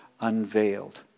unveiled